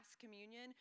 communion